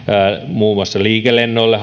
muun muassa liikelennoille